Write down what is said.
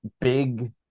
big